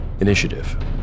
initiative